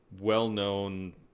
well-known